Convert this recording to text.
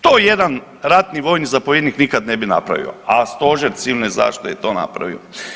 To jedan ratni vojni zapovjednik nikad ne bi napravio, a stožer civilne zaštite je to napravio.